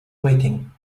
weighting